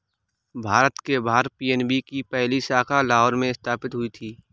भारत के बाहर पी.एन.बी की पहली शाखा लाहौर में स्थापित हुई थी